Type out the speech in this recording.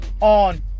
on